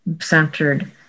Centered